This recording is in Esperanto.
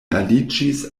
aliĝis